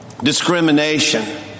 Discrimination